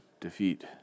defeat